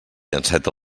enceta